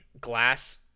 Glass